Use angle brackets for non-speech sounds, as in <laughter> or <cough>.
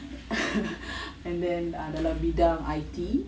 <laughs> and then dalam bidang I_T